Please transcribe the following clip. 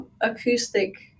acoustic